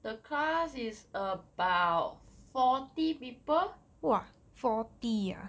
the class is about forty people